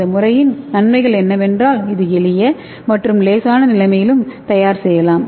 இந்த முறையின் நன்மைகள் என்னவென்றால் இது எளிய மற்றும் லேசான நிலைமையிலும் தயார் செய்யலாம்